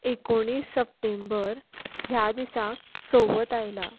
एकोणीस सप्टेंबर ह्या दिसाक चवथ आयल्या